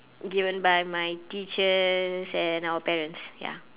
given by my teachers and our parents ya